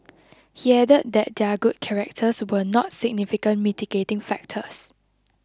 he added that their good characters were not significant mitigating factors